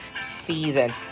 season